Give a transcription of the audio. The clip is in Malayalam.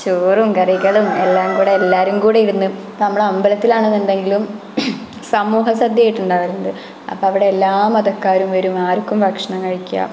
ചോറും കറികളും എല്ലാം കൂടെ എല്ലാവരും കൂടി ഇരുന്ന് നമ്മൾ അമ്പലത്തിലാണെന്നുണ്ടെങ്കിലും സമൂഹ സദ്യയായിട്ടുണ്ടാവലുണ്ട് അപ്പോൾ അവിടെ എല്ലാ മതക്കാരും വരും ആര്ക്കും ഭക്ഷണം കഴിക്കാം